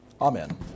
Amen